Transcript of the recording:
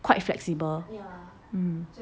quite flexible hmm